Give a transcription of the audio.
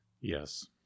Yes